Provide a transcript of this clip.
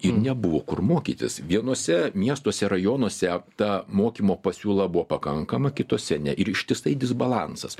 jiem nebuvo kur mokytis vienuose miestuose rajonuose ta mokymo pasiūla buvo pakankama kitose ne ir ištisai disbalansas